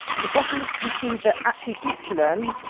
and the bottom we can see that actually futurelearn,